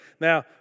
Now